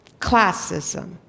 classism